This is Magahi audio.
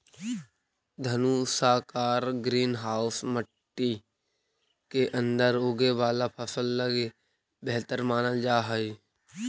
धनुषाकार ग्रीन हाउस मट्टी के अंदर उगे वाला फसल लगी बेहतर मानल जा हइ